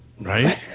Right